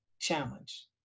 challenge